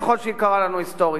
ככל שהיא יקרה לנו היסטורית.